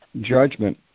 judgment